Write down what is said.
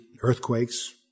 earthquakes